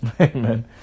Amen